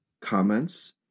comments